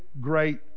great